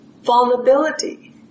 Vulnerability